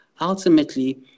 ultimately